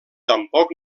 tampoc